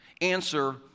answer